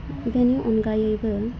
बिनि अनगायैबो